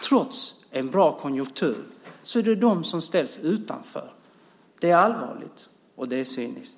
Trots en bra konjunktur är det de som ställs utanför. Det är allvarligt, och det är cyniskt.